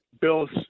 bills